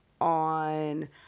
on